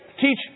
Teach